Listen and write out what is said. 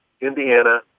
Indiana